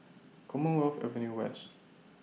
Commonwealth Avenue West